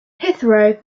hitherto